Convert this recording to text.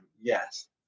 Yes